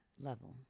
level